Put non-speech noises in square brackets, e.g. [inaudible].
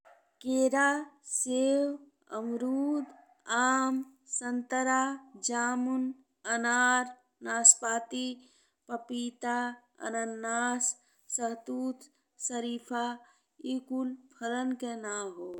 खीरा, सेब, अमरुद, आम, संतरा, जामुन, अनार, नासपाती, [hesitation] पपीता, अनानास, शहतूत, शरीफा ए कुल फलन के नाम हो।